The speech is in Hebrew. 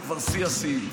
זה כבר שיא השיאים.